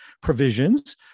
provisions